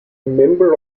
member